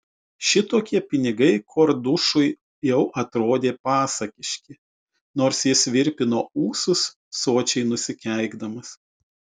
šitokie pinigai kordušui jau atrodė pasakiški nors jis virpino ūsus sočiai nusikeikdamas